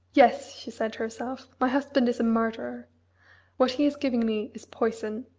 yes! she said to herself, my husband is a murderer what he is giving me is poison,